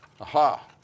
Aha